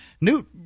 Newt